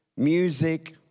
music